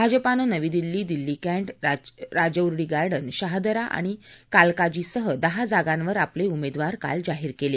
भाजपानं नवी दिल्ली दिल्ली कँद्रा राजौरी गार्डन शाहदरा आणि कालकाजीसह दहा जागांवर आपले उमेदवार काल जाहीर केले